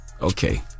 okay